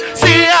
see